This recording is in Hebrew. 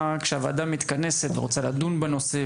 כשהוועדה מתכנסת ורוצה לדון בנושא,